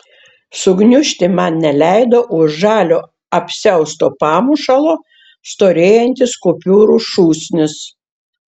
sugniužti man neleido už žalio apsiausto pamušalo storėjantis kupiūrų šūsnis